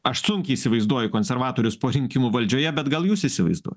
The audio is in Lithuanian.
aš sunkiai įsivaizduoju konservatorius po rinkimų valdžioje bet gal jūs įsivaizduo